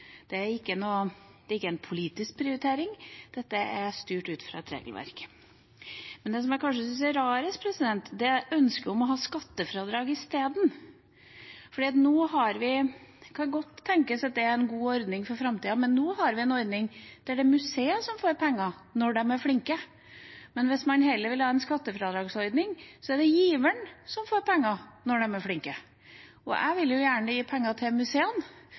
Det er ikke en politisk prioritering, dette er styrt ut fra et regelverk. Men det som jeg kanskje syns er rarest, er ønsket om å ha skattefradrag i stedet. Det kan godt tenkes det er en god ordning for framtida, men nå har vi en ordning der det er museet som får penger når de er flinke. Hvis man heller vil ha en skattefradragsordning, er det giveren som får penger når de er flinke. Jeg vil gjerne gi penger til museene,